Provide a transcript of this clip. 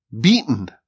beaten